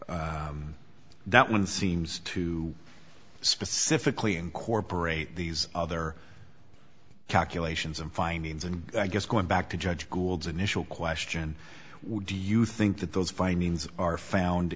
to that one seems to specifically incorporate these other calculations and findings and i guess going back to judge gould's initial question would you think that those findings are found